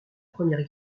première